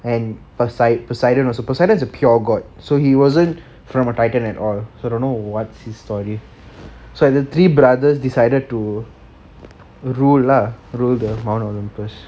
and poseidon also poseidon is a pure god so he wasn't from a titan at all so I don't know what's his story so the three brothers decided to rule lah rule the mount olympus